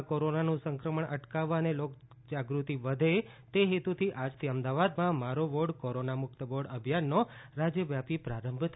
રાજ્યમાં કોરોનાનું સંક્રમણ અટકાવવા અને લોકજાગૃતિ વધે તે હેતુથી આજથી અમદાવાદમાં મારો વોર્ડ કોરોના મુક્ત વોર્ડ અભિયાનનો રાજ્યવ્યાપી પ્રારંભ થયો છે